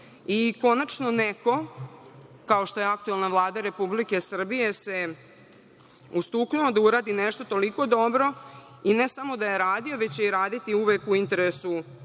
Konačno, neko kao što je aktuelna Vlada Republike Srbije se ustuknula da uradi nešto toliko dobro i ne samo da je radio, već će raditi uvek u interesu svog